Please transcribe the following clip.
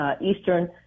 Eastern